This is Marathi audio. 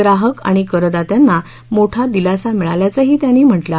ग्राहक आणि करदात्यांना मोठा दिलासा मिळाल्याचही त्यांनी म्हटलंय